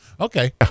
okay